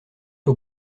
aux